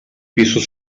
pisos